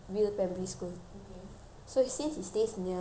so since he stays near I cannot reveal